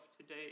today